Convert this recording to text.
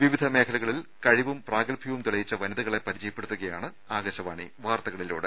വിവിധ മേഖലകളിൽ കഴിവും പ്രാഗത്ഭ്യവും തെളിയിച്ച വനിതകളെ പരിചയപ്പെടുത്തുകയാണ് ആകാശവാണി വാർത്തകളിലൂടെ